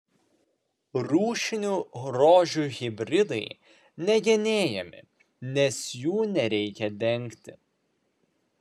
rūšinių rožių hibridai negenėjami nes jų nereikia dengti